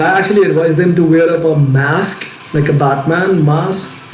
actually advise them to wear up a mask like a batman mask